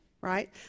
right